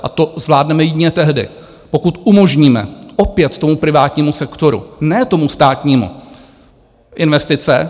A to zvládneme jedině tehdy, pokud umožníme opět tomu privátnímu sektoru, ne tomu státnímu, investice.